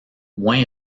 moins